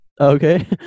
Okay